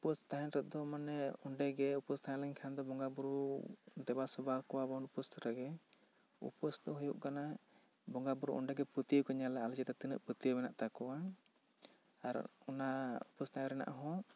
ᱩᱯᱟᱹᱥ ᱛᱟᱦᱮᱱ ᱨᱮ ᱫᱚ ᱢᱟᱱᱮ ᱚᱸᱰᱮ ᱜᱮ ᱩᱯᱟᱹᱥ ᱛᱟᱦᱮᱸ ᱞᱮᱱ ᱠᱷᱟᱱ ᱫᱚ ᱵᱚᱸᱜᱟ ᱵᱳᱨᱳ ᱫᱮᱵᱟ ᱥᱮᱣᱟ ᱠᱚᱣᱟ ᱵᱚᱱ ᱩᱯᱟᱹᱥ ᱨᱮᱜᱮ ᱩᱯᱟᱹᱥ ᱫᱚ ᱦᱩᱭᱩᱜ ᱠᱟᱱᱟ ᱵᱚᱸᱜᱟ ᱵᱳᱨᱳ ᱚᱸᱰᱮ ᱜᱤ ᱯᱟᱹᱛᱭᱟᱹᱣ ᱠᱚ ᱧᱮᱞᱟ ᱡᱮ ᱟᱞᱮ ᱫᱚ ᱛᱤᱱᱟᱹᱜ ᱯᱟᱹᱛᱭᱟᱹᱣ ᱢᱮᱱᱟᱜ ᱛᱟᱠᱚᱣᱟ ᱟᱨ ᱚᱱᱟ ᱩᱯᱟᱹᱥ ᱛᱟᱦᱮᱱ ᱨᱮᱱᱟᱜ ᱦᱚᱸ